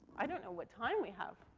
i don't know what time we have.